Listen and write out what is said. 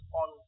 on